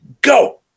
go